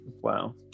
Wow